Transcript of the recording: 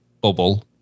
bubble